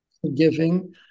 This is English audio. forgiving